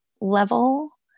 level